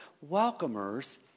Welcomers